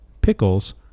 pickles